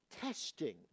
testing